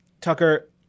Tucker